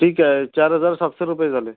ठीक आहे चार हजार सातशे रुपये झाले